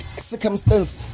circumstance